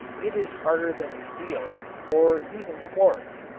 it is harder than steel or even quartz.